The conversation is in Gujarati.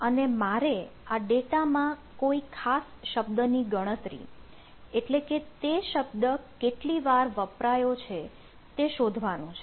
અને મારે આ ડેટામાં કોઈ ખાસ શબ્દની ગણતરી એટલે કે તે શબ્દ કેટલી વાર વપરાયો છે તે શોધવાનું છે